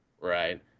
right